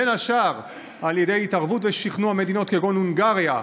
בין השאר על ידי התערבות ושכנוע מדינות כגון הונגריה,